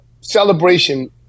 celebration